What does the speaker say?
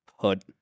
put